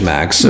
Max